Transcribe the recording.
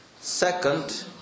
Second